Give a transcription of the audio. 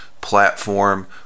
platform